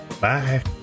Bye